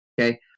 okay